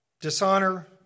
Dishonor